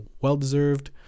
Well-deserved